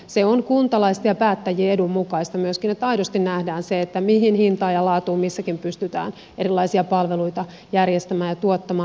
se on kuntalaisten ja päättäjien edun mukaista myöskin että aidosti nähdään se mihin hintaan ja laatuun missäkin pystytään erilaisia palveluita järjestämään ja tuottamaan